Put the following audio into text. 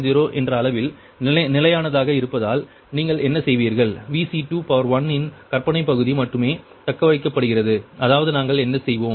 0 என்ற அளவில் நிலையானதாக இருப்பதால் நீங்கள் என்ன செய்வீர்கள் Vc21 இன் கற்பனை பகுதி மட்டுமே தக்கவைக்கப்படுகிறது அதாவது நாங்கள் என்ன செய்வோம்